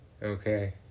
Okay